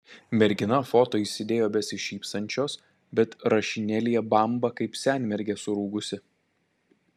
mergina foto įsidėjo besišypsančios bet rašinėlyje bamba kaip senmergė surūgusi